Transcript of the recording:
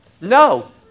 No